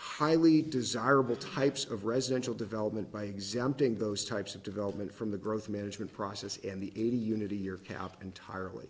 highly desirable types of residential development by exempting those types of development from the growth management process and the eighty unity year cap entirely